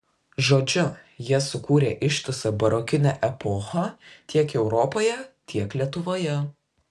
žodžiu jie sukūrė ištisą barokinę epochą tiek europoje tiek lietuvoje